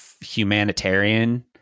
humanitarian